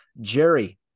jerry